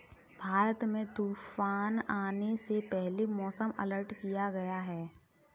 भारत में तूफान आने से पहले मौसम अलर्ट किया गया है